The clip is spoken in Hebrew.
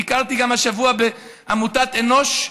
ביקרתי השבוע גם בעמותת אנוש,